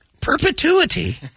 perpetuity